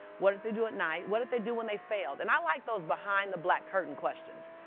what did they do at night? what did they do when they failed? and i like those behind-the-black curtain questions.